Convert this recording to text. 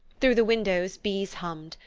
through the windows bees hummed,